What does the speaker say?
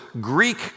Greek